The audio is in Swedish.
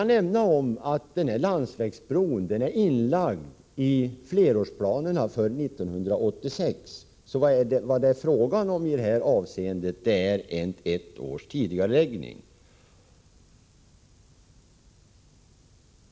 Jag kan nämna att den här landsvägsbron är inlagd i flerårsplanerna för 1986. Frågan handlar alltså om ett års tidigareläggning.